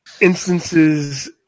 instances